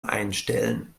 einstellen